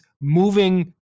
moving